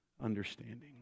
understanding